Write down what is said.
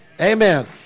Amen